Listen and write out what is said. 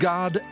God